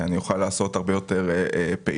אני אוכל לעשות הרבה יותר פעילות.